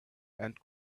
and